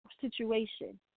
situation